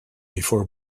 before